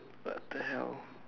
what the hell